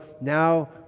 now